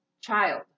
child